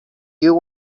you